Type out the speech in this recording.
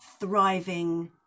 thriving